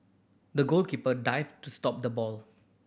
the goalkeeper dived to stop the ball